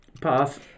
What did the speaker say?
Pass